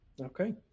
okay